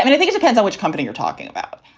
and think it depends on which company you're talking about.